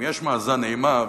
אם יש מאזן אימה,